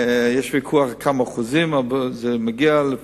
יש ויכוח כמה אחוזים, לפי